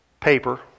paper